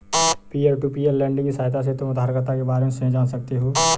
peer to peer lending की सहायता से तुम उधारकर्ता के बारे में स्वयं जान सकते हो